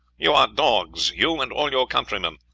you are dogs you and all your countrymen.